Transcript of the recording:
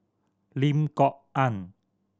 Lim Kok Ann